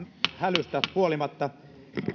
hälystä huolimatta